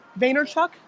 Vaynerchuk